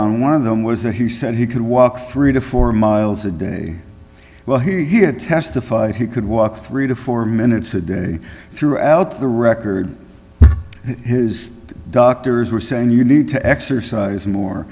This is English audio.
on one of them was that he said he could walk three to four miles a day while he had testified he could walk three to four minutes a day throughout the record his doctors were saying you need to exercise more